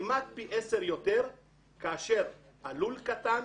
כמעט פי עשר יותר כאשר הלול קטן,